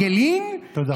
ספסמלגין, תודה.